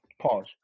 Pause